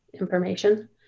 information